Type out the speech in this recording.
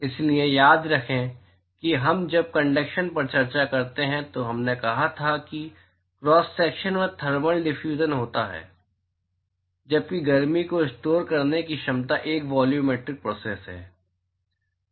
इसलिए याद रखें कि जब हम कंडक्शन पर चर्चा करते हैं तो हमने कहा था कि क्रॉस सेक्शन में थर्मल डिफ्यूजन होता है जबकि गर्मी को स्टोर करने की क्षमता एक वॉल्यूमेट्रिक प्रोसेस है